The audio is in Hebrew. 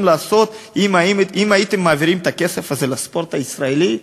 לעשות אם הייתם מעבירים את הכסף הזה לספורט הישראלי?